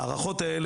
ההערכות האלה,